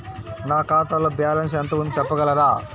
నా ఖాతాలో బ్యాలన్స్ ఎంత ఉంది చెప్పగలరా?